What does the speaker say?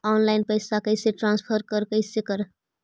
Online पैसा कैसे transfer कैसे कर?